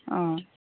অঁ